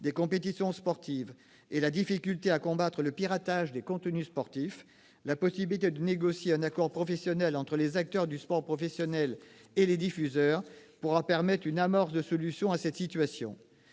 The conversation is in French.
des compétitions sportives et à la difficulté de combattre le piratage des contenus sportifs, la possibilité de négocier un accord entre les acteurs du sport professionnel et les diffuseurs permettra une amorce de solution à cette situation.